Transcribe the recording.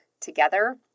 together